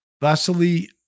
Vasily